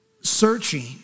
searching